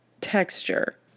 Texture